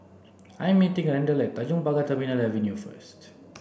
I am meeting Randle at Tanjong Pagar Terminal Avenue first